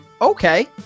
okay